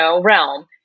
realm